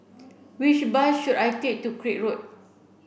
which bus should I take to Craig Road